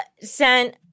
sent